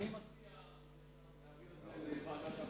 אני מציע להעביר לוועדה,